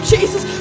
Jesus